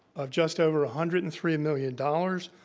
of just over hundred and three and million dollars,